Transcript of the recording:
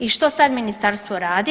I što sad ministarstvo radi?